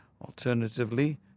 Alternatively